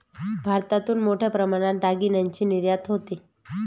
भारतातून मोठ्या प्रमाणात दागिन्यांची निर्यात होते